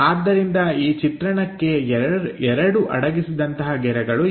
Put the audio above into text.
ಆದ್ದರಿಂದ ಈ ಚಿತ್ರಣಕ್ಕೆ ಎರಡು ಅಡಗಿಸಿದಂತಹ ಗೆರೆಗಳು ಇವೆ